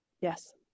Yes